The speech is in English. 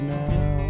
now